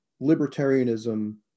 libertarianism